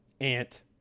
Ant